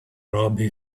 robbie